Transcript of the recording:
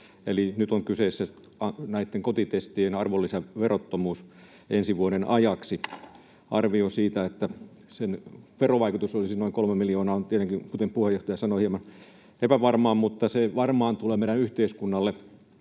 nyt on kyseessä kotitestien arvonlisäverottomuus ensi vuoden ajaksi. Arvio, että sen verovaikutus olisi noin 3 miljoonaa, on tietenkin — kuten puheenjohtaja sanoi — hieman epävarma, mutta se varmaan tulee meidän yhteiskunnallemme